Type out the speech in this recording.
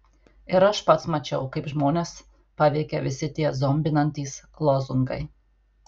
ir aš pats mačiau kaip žmones paveikia visi tie zombinantys lozungai